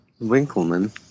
Winkleman